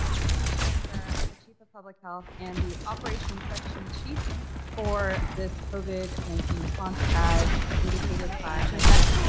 my name is jennifer. i'm the chief of public health and the operations section chief for this covid nineteen response as indicated by my best.